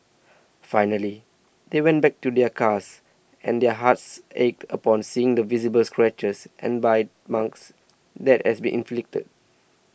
finally they went back to their cars and their hearts ached upon seeing the visible scratches and bite marks that had been inflicted